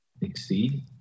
exceed